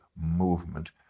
movement